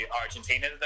Argentina